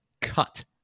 cut